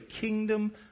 kingdom